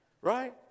Right